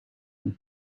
and